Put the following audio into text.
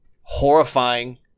horrifying